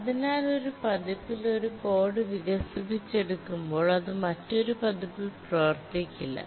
അതിനാൽ ഒരു പതിപ്പിൽ ഒരു കോഡ് വികസിപ്പിച്ചെടുക്കുമ്പോൾ അത് മറ്റൊരു പതിപ്പിൽ പ്രവർത്തിക്കില്ല